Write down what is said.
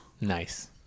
Nice